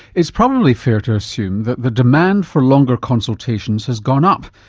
it's probably fair to assume that the demand for longer consultations has gone up,